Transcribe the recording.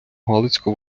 галицько